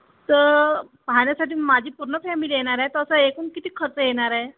तर पाहण्यासाठी माझी पूर्ण फॅमिली येणार आहे तसं एकूण किती खर्च येणार आहे